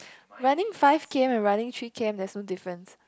running five k_m and running three k_m there's no difference